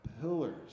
pillars